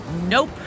Nope